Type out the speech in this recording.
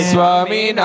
Swami